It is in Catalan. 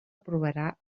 aprovarà